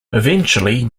eventually